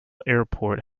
airport